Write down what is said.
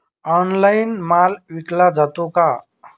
Online माल विकला जातो का?